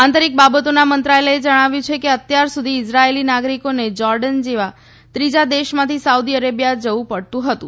આંતરિક બાબતોના મંત્રાલયે જણાવ્યું છે કે અત્યાર સુધી ઈઝરાયેલી નાગરિકોને જોર્ડન જેવા ત્રીજા દેશોમાંથી સાઉદી અરેબિયા જવુ પડતું હતું